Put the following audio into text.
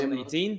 2018